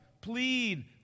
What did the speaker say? plead